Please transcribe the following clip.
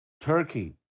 Turkey